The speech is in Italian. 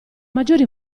maggiori